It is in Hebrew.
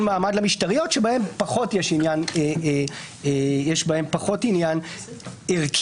מעמד למשטריות שיש בהן פחות עניין ערכי.